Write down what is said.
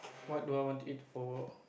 what do I want to eat for